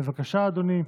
בבקשה, אדוני,